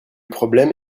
problème